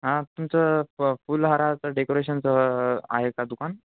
हा तुमचं फूल हाराचं डेकोरेशनसह आहे का दुकान